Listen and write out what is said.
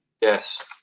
yes